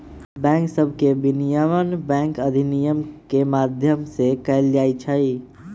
bank सभके विनियमन bank अधिनियम के माध्यम से कएल जाइ छइ